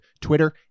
Twitter